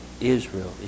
Israel